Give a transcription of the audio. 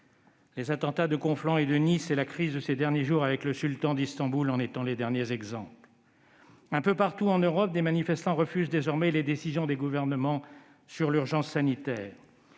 Les attentats de Conflans et de Nice ainsi que la crise de ces derniers jours avec le sultan d'Istanbul en sont les derniers exemples. Un peu partout en Europe, des manifestants refusent désormais les décisions des gouvernements sur l'urgence sanitaire.